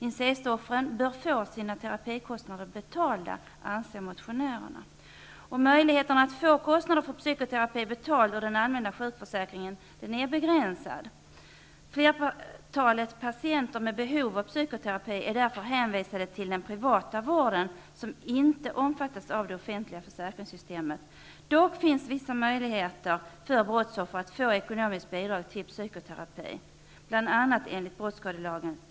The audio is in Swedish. Incestoffren bör få sina terapikostnader betalda, anser motionärerna. Möjligheterna att få kostnader för psykoterapi betalade ur den allmänna sjukförsäkringen är begränsade. Flertalet patienter med behov av psykoterapi är därför hänvisade till den privata vården, som inte omfattas av det offentliga försäkringssystemet. Dock finns vissa möjligheter för brottsoffer att få ekonomiskt bidrag till psykoterapi, bl.a. enligt brottsskadelagen.